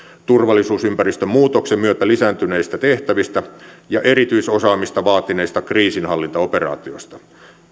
turvallisuusympäristön muutoksen myötä lisääntyneistä tehtävistä ja erityisosaamista vaatineista kriisinhallintaoperaatioista